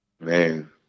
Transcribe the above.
Man